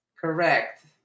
Correct